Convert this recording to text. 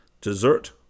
Dessert